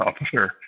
officer